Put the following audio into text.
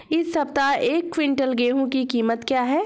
इस सप्ताह एक क्विंटल गेहूँ की कीमत क्या है?